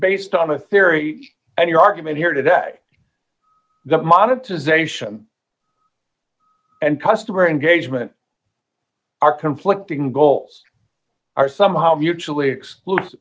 based on a theory and your argument here today that monetization and customer engagement are conflicting goals are somehow mutually exclusive